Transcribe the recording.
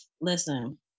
Listen